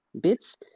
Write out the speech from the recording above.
bits